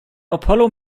apollo